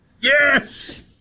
Yes